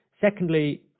Secondly